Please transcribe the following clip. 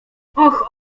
och